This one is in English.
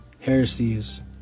heresies